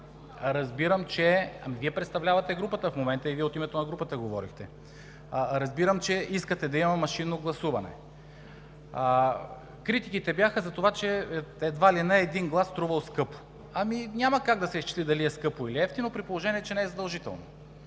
Дариткова.) Вие представлявате групата в момента и от името на групата говорихте. Разбирам, че искате да има машинно гласуване. Критиките бяха, затова че едва ли не един глас струвал скъпо. Ами, няма как да се изчисли дали е скъпо или евтино, при положение че не е задължително.